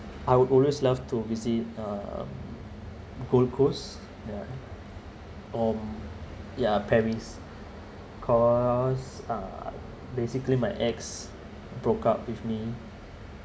I will always love to visit uh gold coast ya or ya paris cause uh basically my ex broke up with me